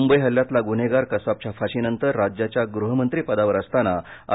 मुंबई हल्ल्यातला गुन्हेगार कसाबच्या फाशीनंतर राज्याच्या गृहमंत्री पदावर असताना आर